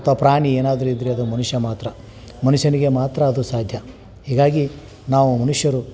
ಅಥವಾ ಪ್ರಾಣಿ ಏನಾದ್ರೂ ಇದ್ದರೆ ಅದು ಮನುಷ್ಯ ಮಾತ್ರ ಮನುಷ್ಯನಿಗೆ ಮಾತ್ರ ಅದು ಸಾಧ್ಯ ಹೀಗಾಗಿ ನಾವು ಮನುಷ್ಯರು